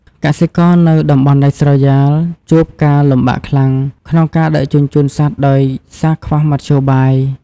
កសិករនៅតំបន់ដាច់ស្រយាលជួបការ លំបាកខ្លាំង ក្នុងការដឹកជញ្ជូនសត្វដោយសារខ្វះមធ្យោបាយ។